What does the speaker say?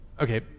okay